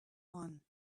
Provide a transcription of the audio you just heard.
one